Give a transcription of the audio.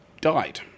died